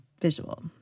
visual